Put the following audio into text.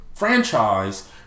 franchise